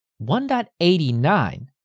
1.89